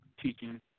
Teaching